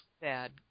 Bad